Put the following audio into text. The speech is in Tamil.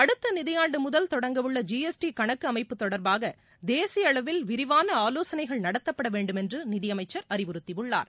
அடுத்த நிதியாண்டு முதல் தொடங்கவுள்ள ஜி எஸ் டி கணக்கு அமைப்பு தொடர்பாக தேசிய அளவில் விரிவான ஆலோசனைகள் நடத்தப்படவேண்டும் என்று நிதியமைச்சர் அறிவுறுத்தியுள்ளார்